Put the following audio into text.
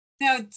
Now